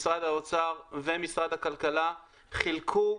משרד האוצר ומשרד הכלכלה חילקו,